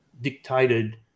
dictated